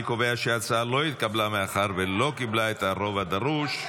אני קובע שההצעה לא התקבלה מאחר שלא קיבלה את הרוב הדרוש.